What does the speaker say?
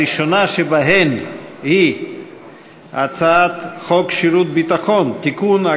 הראשונה שבהן היא הצעת חוק שירות ביטחון (תיקון,